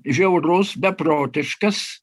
žiaurus beprotiškas